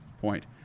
point